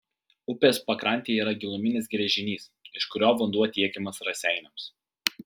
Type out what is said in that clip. upės pakrantėje yra giluminis gręžinys iš kurio vanduo tiekiamas raseiniams